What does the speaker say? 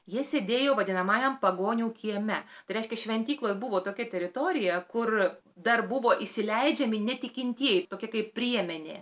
jie sėdėjo vadinamajam pagonių kieme tai reiškia šventykloj buvo tokia teritorija kur dar buvo įsileidžiami netikintieji tokia kaip priemenė